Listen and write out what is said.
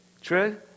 True